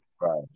Right